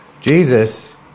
Jesus